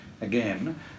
again